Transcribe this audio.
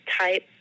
type